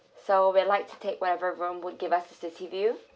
so we're like to take whatever room would give us city view